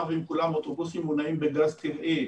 ועם כולם אוטובוסים מונעים בגז טבעי,